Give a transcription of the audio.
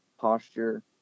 posture